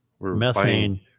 methane